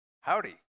Howdy